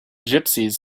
gypsies